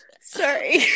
Sorry